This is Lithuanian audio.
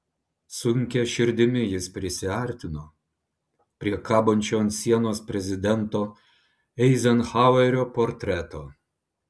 sunkia širdimi jis prisiartino prie kabančio ant sienos prezidento eizenhauerio portreto